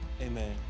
Amen